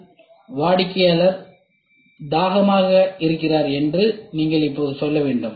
எனவே வாடிக்கையாளர் தாகமாக இருக்கிறார் என்று நீங்கள் இப்போது சொல்ல வேண்டும்